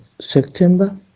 September